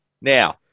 Now